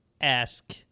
ask